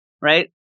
Right